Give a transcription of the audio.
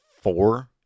four